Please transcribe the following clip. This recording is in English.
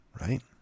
right